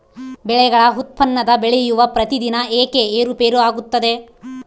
ಬೆಳೆಗಳ ಉತ್ಪನ್ನದ ಬೆಲೆಯು ಪ್ರತಿದಿನ ಏಕೆ ಏರುಪೇರು ಆಗುತ್ತದೆ?